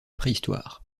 préhistoire